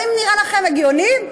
נראה לכם הגיוני?